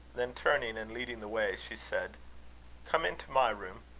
then turning, and leading the way, she said come into my room.